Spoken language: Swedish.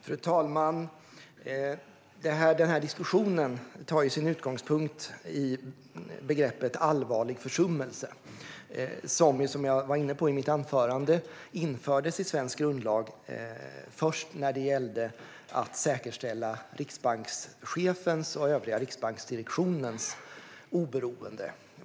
Fru talman! Den här diskussionen tar sin utgångspunkt i begreppet "allvarlig försummelse". Som jag var inne på i mitt anförande infördes detta i svensk grundlag först när det gällde att säkerställa riksbankschefens och övriga riksbanksdirektionens oberoende.